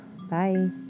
Bye